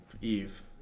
Eve